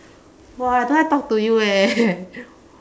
!wah! don't want talk to you eh